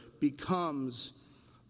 becomes